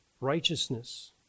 Righteousness